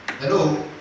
Hello